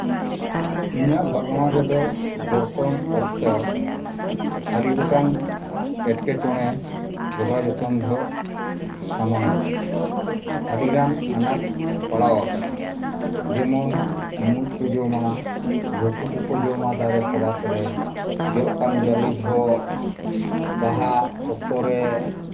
ᱤᱧᱟᱹᱜ ᱵᱟᱜᱽᱣᱟᱱ ᱨᱮᱫᱚ ᱡᱚᱛᱚᱱ ᱚᱠᱛᱚ ᱟᱹᱰᱤ ᱜᱚᱴᱟᱱ ᱮᱴᱠᱮᱴᱚᱬᱮ ᱡᱚᱜᱟᱣ ᱡᱚᱛᱚᱱ ᱡᱚᱦᱚᱜ ᱥᱟᱢᱟᱝ ᱟᱠᱟᱱᱟ ᱟᱹᱰᱤ ᱜᱟᱱ ᱟᱱᱟᱴ ᱯᱟᱲᱟᱣ ᱟᱠᱟᱱᱟ ᱡᱮᱢᱚᱱ ᱢᱩᱡ ᱠᱚ ᱡᱚᱢᱟ ᱵᱷᱩᱠᱩ ᱠᱚᱠᱚ ᱡᱚᱢᱟ ᱫᱟᱨᱮ ᱯᱷᱮᱰᱟᱛ ᱨᱮ ᱡᱚᱜ ᱠᱟᱱ ᱡᱟᱹᱞᱤ ᱡᱚᱦᱚᱜ ᱵᱟᱦᱟᱜ ᱚᱠᱛᱚ ᱨᱮ